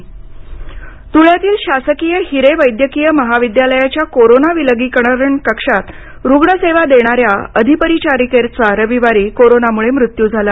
ध्ळे परिचारिका ध्ळ्यातील शासकीय हिरे वैद्यकिय महाविद्यालयाच्या कोरोना विलगीकरण कक्षात रुग्णसेवा देणाऱ्या अधिपरिचारीकेचा रविवारी कोरोनामुळे मृत्यू झाला